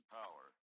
power